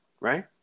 Right